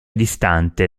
distante